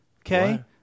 okay